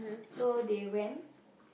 so they went